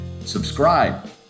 Subscribe